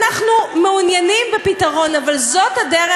אנחנו מעוניינים בפתרון, אבל זאת הדרך?